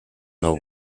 the